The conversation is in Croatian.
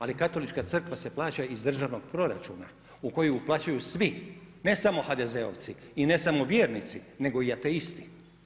Ali, Katolička crkva se plaća iz državnog proračuna, u koju uplaćuju svi, ne samo HDZ-ovci, i ne samo vjernici, nego i ateisti.